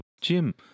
Jim